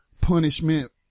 punishment